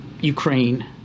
Ukraine